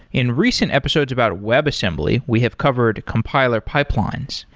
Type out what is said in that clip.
in recent episodes about webassembly, we have covered compiler pipelines.